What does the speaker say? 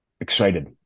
excited